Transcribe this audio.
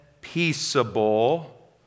peaceable